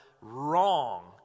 wrong